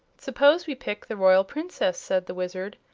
suppose we pick the royal princess, said the wizard.